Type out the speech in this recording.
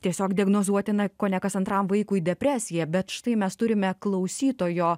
tiesiog diagnozuotina kone kas antram vaikui depresija bet štai mes turime klausytojo